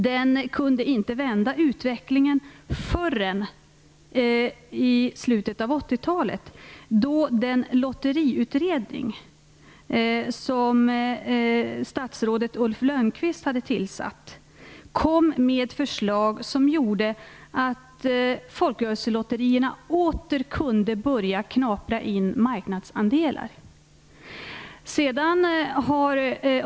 Den kunde inte vända utvecklingen förrän i slutet av 1980 talet då den lotteriutredning som statsrådet Ulf Lönnqvist hade tillsatt kom med förslag som gjorde att folkrörelselotterierna åter kunde börja knapra in marknadsandelar.